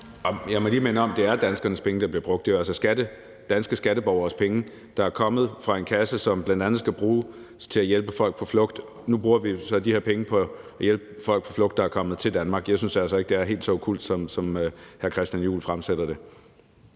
må lige minde om, at det er danskernes penge, der bliver brugt. Det er jo altså danske skatteborgeres penge, der er kommet fra en kasse, som bl.a. skal bruges til at hjælpe folk på flugt. Nu bruger vi jo så de her penge på at hjælpe folk på flugt, der er kommet til Danmark. Jeg synes altså ikke, det er helt så okkult, som hr. Christian Juhl fremstiller det.